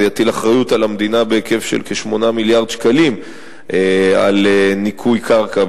זה יטיל אחריות על המדינה בהיקף של כ-8 מיליארד שקלים לניקוי קרקע.